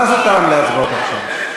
מה זה תרם להצבעות עכשיו?